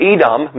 Edom